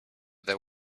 there